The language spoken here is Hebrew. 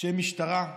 שתהיה משטרה,